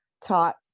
taught